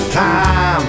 time